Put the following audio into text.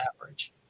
average